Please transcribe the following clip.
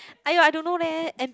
!aiyo! I don't know leh and